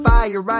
Fire